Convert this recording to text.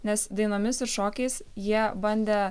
nes dainomis ir šokiais jie bandė